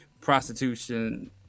prostitution